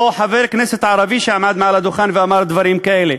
חבר כנסת ערבי שעמד על הדוכן ואמר דברים כאלה.